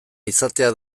izatea